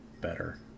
better